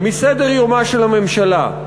מסדר-יומה של הממשלה.